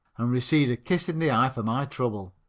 and received a kiss in the eye for my trouble.